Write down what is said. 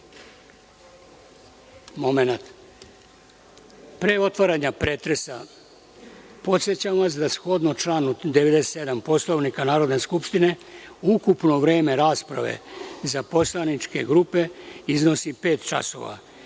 pre otvaranja pretresa, podsećam vas da shodno članu 97. Poslovnika Narodne skupštine ukupno vreme rasprave za poslaničke grupe iznosi pet časova,